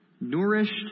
Nourished